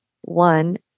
one